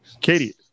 katie